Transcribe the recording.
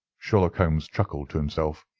sherlock holmes chuckled to himself,